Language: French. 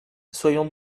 soyons